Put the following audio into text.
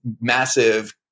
massive